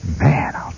man